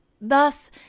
Thus